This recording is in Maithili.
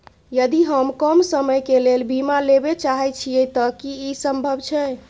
यदि हम कम समय के लेल बीमा लेबे चाहे छिये त की इ संभव छै?